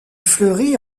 fleurit